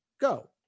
Go